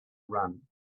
run